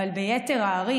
אבל ביתר הערים,